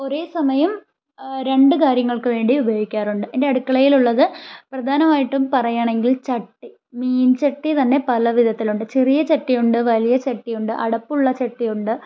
ഒരേ സമയം രണ്ട് കാര്യങ്ങൾക്ക് വേണ്ടി ഉപയോഗിക്കാറുണ്ട് എൻ്റെ അടുക്കളയിലുള്ളത് പ്രധാനമായിട്ടും പറയാണെങ്കിൽ ചട്ടി മീൻ ചട്ടി തന്നെ പലവിധത്തിലുണ്ട് ചെറിയ ചട്ടി ഉണ്ട് വലിയ ചട്ടി ഉണ്ട് അടപ്പുള്ള ചട്ടി ഉണ്ട്